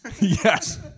Yes